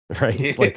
right